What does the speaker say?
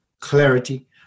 clarity